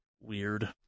weird